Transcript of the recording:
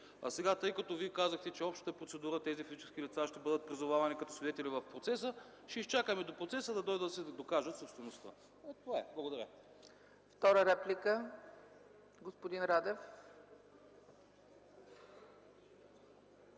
а сега, тъй като Вие казахте, че по общата процедура тези физически лица ще бъдат призовавани като свидетели в процеса, ще изчакаме до процеса да дойдат, за да си докажат собствеността. Ето това е! Благодаря.